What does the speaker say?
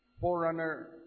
forerunner